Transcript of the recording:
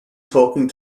talking